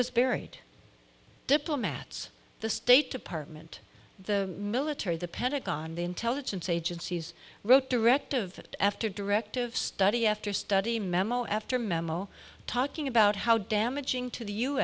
was buried diplomats the state department the military the pentagon the intelligence agencies wrote directive that after directive study after study memo after memo talking about how damaging to the u